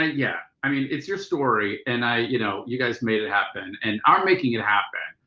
ah yeah, i mean it's your story. and i, you know, you guys made it happen and are making it happen.